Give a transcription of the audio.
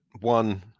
one